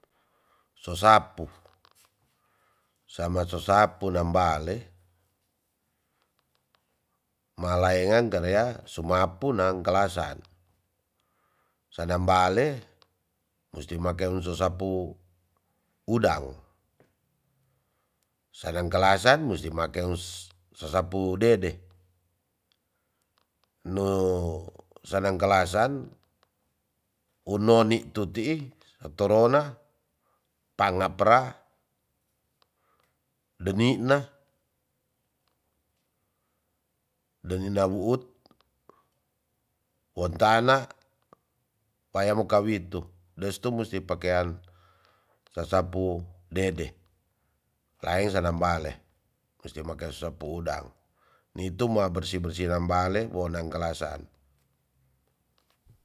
Sosapu sama sosapu nambale malaeang karea sumapu nangkalasan sanambale musti makeng sosapu udang sanang kalasan musti makeng sosapu dede no sanang kalasan uno nitu tii satorona panga pra denina denina wuut wontana paya mokawitu des tu musi pakean sasapu dede laeng sanambale musti makeng sasapu udang nitu ma bersih bersih nambale wo nang kalasan